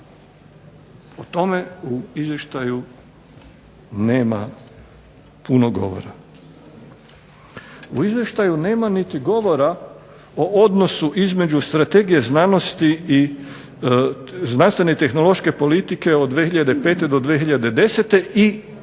U tome izvještaju nema puno govora. U izvještaju nema niti govora o odnosu između strategije znanosti i znanstvene i tehnološke politike od 2005. do 2010. i